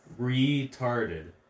retarded